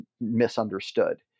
misunderstood